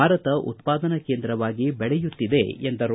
ಭಾರತ ಉತ್ಪಾದನಾ ಕೇಂದ್ರವಾಗಿ ಬೆಳೆಯುತ್ತಿದೆ ಎಂದರು